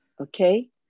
okay